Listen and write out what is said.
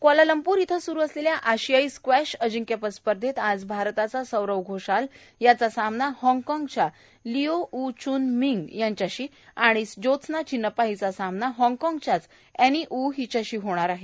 Kuala Lumpur इथं सुरु असलेल्या आशियाई स्क्वॅश अजिंक्यपद स्पर्धेत आज भारताचा सौरव घोषाल याचा सामना हॉगकॉगच्या लिओ ऊ चुन भिंग याच्याशी आणि ज्योत्स्ना चिन्नप्पा हिचा सामना हॉगकॉगच्याच एनी ऊ हिच्याशी होणार आहे